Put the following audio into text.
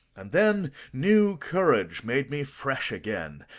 and then new courage made me fresh again,